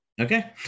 Okay